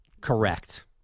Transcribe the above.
Correct